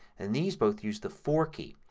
and these both use the four key.